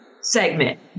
Segment